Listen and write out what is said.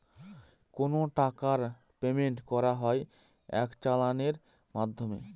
কোনো টাকার পেমেন্ট করা হয় এক চালানের মাধ্যমে